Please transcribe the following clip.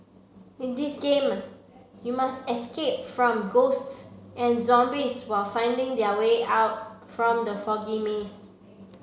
in this game you must escape from ghosts and zombies while finding the way out from the foggy maze